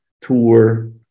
tour